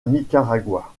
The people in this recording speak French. nicaragua